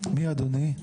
מי אדוני?